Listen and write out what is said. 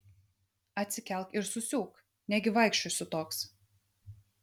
atsikelk ir susiūk negi vaikščiosiu toks